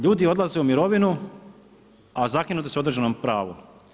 Ljudi odlaze u mirovinu, a zakinuti su u određenom pravu.